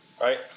right